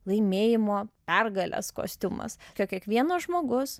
laimėjimo pergalės kostiumas kad kiekvienas žmogus